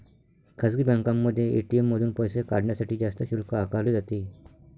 खासगी बँकांमध्ये ए.टी.एम मधून पैसे काढण्यासाठी जास्त शुल्क आकारले जाते